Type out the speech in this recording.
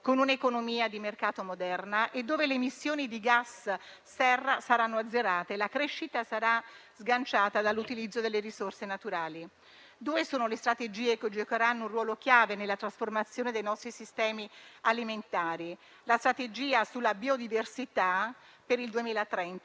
con un'economia di mercato moderna, dove le emissioni di gas serra saranno azzerate e la crescita sarà sganciata dall'utilizzo delle risorse naturali. Due sono le strategie che giocheranno un ruolo chiave nella trasformazione dei nostri sistemi alimentari: la strategia sulla biodiversità per il 2030